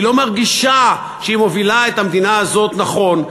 היא לא מרגישה שהיא מובילה את המדינה הזאת נכון,